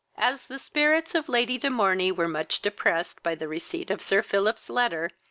as the spirits of lady de morney were much depressed by the receipt of sir philip's letter,